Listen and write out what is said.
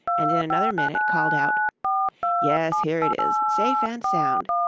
and in another minute called out yes, here it is, safe and sound,